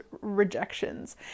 Rejections